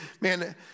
man